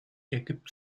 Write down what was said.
ergibt